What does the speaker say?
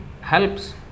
helps